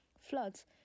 floods